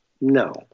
No